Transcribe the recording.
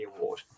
award